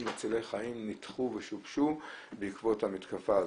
מצילי חיים שנדחו ושובשו בעקבות המתקפה הזאת.